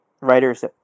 writers